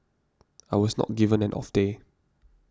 I was not given an off day